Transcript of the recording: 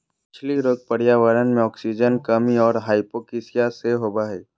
मछली रोग पर्यावरण मे आक्सीजन कमी और हाइपोक्सिया से होबे हइ